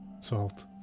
Salt